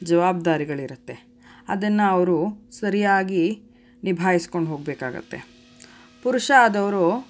ಜವಾಬ್ದಾರಿಗಳಿರುತ್ತೆ ಅದನ್ನು ಅವರು ಸರಿಯಾಗಿ ನಿಭಾಯಿಸ್ಕೊಂಡು ಹೋಗಬೇಕಾಗತ್ತೆ ಪುರುಷ ಆದವರು